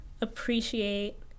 appreciate